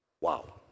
wow